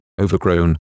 overgrown